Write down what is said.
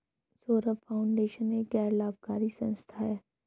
Saurabh foundation एक गैर लाभकारी संस्था है